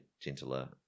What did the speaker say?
gentler